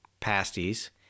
pasties